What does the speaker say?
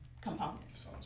components